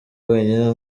wenyine